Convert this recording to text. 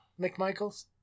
McMichaels